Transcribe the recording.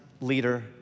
leader